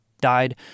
died